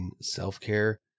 self-care